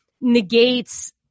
negates